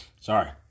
Sorry